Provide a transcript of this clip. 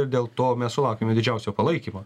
ir dėl to mes sulaukėme didžiausio palaikymo